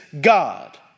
God